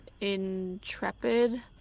Intrepid